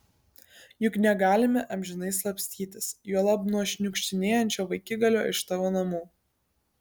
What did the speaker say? juk negalime amžinai slapstytis juolab nuo šniukštinėjančio vaikigalio iš tavo namų